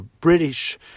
British